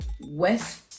west